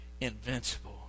invincible